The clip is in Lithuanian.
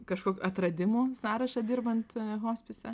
kažkok atradimų sąrašą dirbant a hospise